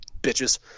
bitches